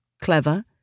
clever